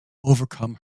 overcome